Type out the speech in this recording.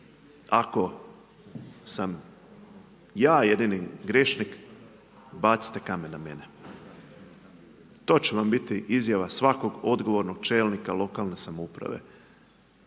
ako sam ja jedini grešnik, bacite kamen na mene. To će vam biti izjava svakog odgovornost čelnika lokalne samouprave,